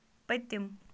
پٔتِم